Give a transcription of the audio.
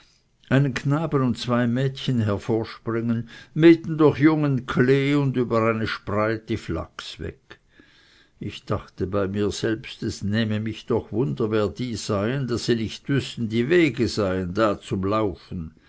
einen knaben und zwei mädchen hervorspringen mitten durch jungen klee und über eine spreiti flachs weg ich dachte bei mir selbst es nähme mich doch wunder wer die seien daß sie nicht wüßten die wege seien da zum laufen